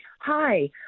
Hi